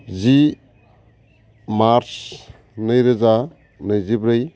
जि March नैरोजा नैजिब्रै